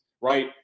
right